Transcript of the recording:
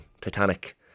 Titanic